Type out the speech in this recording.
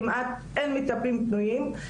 כמעט אין מטפלים פנויים.